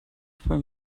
for